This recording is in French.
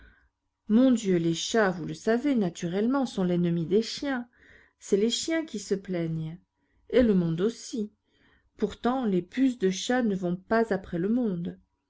mon dieu les chats vous le savez naturellement sont l'ennemi des chiens c'est les chiens qui se plaignent et le monde aussi pourtant les puces de chat ne vont pas après le monde